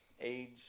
age